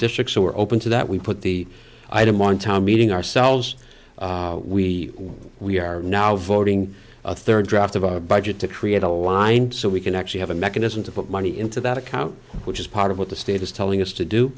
districts are open to that we put the item on time meeting ourselves we we are now voting a third draft of our budget to create a line so we can actually have a mechanism to put money into that account which is part of what the state is telling us to do